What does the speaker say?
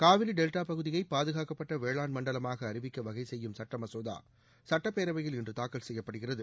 Kaveri delta பகுதியை பாதுகாக்கப்பட்ட வேளாண் மண்டலமாக அறிவிக்க வகைசெய்யும் சுட்ட மசோதா சட்டப்பேரவையில் இன்று தாக்கல் செய்யப்படுகிறது